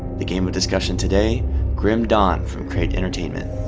the game of discussion today grim dawn from crate entertainment.